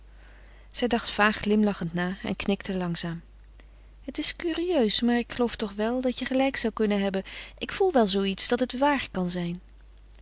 zij dacht vaag glimlachend na en knikte langzaam het is curieus maar ik geloof toch wel dat je gelijk zou kunnen hebben ik voel wel zoo iets dat het waar kan zijn